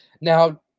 Now